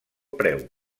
preu